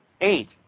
Eight